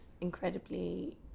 incredibly